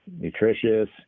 nutritious